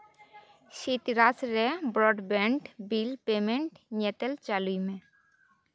ᱥᱤᱛᱨᱟᱥ ᱨᱮ broadband bill payment ᱧᱮᱛᱮᱞ ᱪᱟᱹᱞᱩᱭ ᱢᱮ